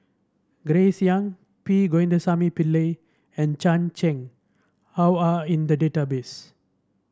Grace Young P Govindasamy Pillai and Chan Chang How are in the database